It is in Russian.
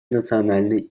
национальной